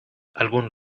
algún